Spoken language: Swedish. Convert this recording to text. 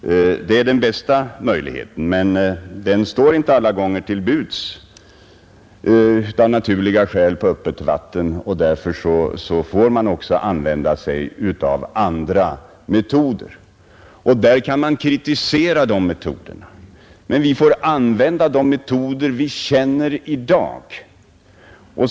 Det är den bästa möjligheten, men den står inte alla gånger till buds — av naturliga skäl — på öppet vatten och därför får man också använda sig av andra metoder. Dessa metoder kan kritiseras, men vi får använda de metoder vi känner till i dag.